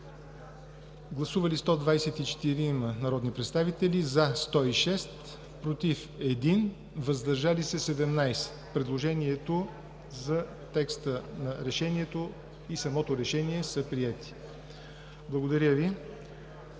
Гласували 124 народни представители: за 106, против 1, въздържали се 17. Предложението за текста на Решението и самото Решение са приети. Благодаря Ви.